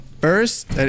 first